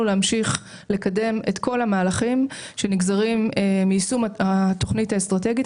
להמשיך לקדם את כל המהלכים שנגזרים מיישום התכנית האסטרטגית.